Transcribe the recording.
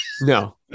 no